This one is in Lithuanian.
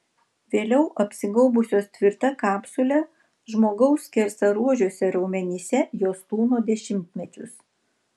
vėliau apsigaubusios tvirta kapsule žmogaus skersaruožiuose raumenyse jos tūno dešimtmečius